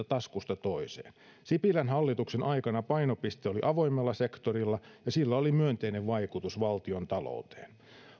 taskusta toiseen sipilän hallituksen aikana painopiste oli avoimella sektorilla ja sillä oli myönteinen vaikutus valtiontalouteen